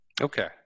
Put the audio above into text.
Okay